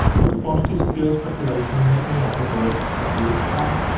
look upon it as a pure speculation, and make me an offer for it, some of you. come.